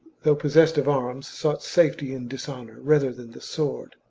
though possessed of arms, sought safety in dishonour rather than the sword.